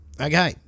Okay